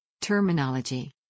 Terminology